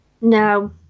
No